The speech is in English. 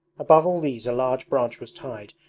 above all these a large branch was tied,